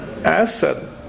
asset